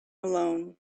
alone